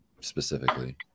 specifically